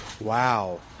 Wow